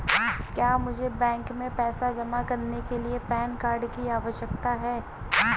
क्या मुझे बैंक में पैसा जमा करने के लिए पैन कार्ड की आवश्यकता है?